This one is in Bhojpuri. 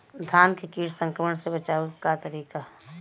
धान के कीट संक्रमण से बचावे क का तरीका ह?